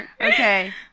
Okay